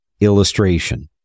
illustration